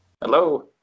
hello